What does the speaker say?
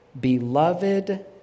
beloved